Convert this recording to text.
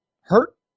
hurt